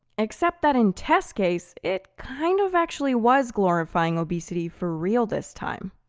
except that in tess' case, it kind of actually was glorifying obesity for real this time.